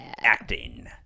acting